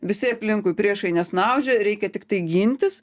visi aplinkui priešai nesnaudžia reikia tiktai gintis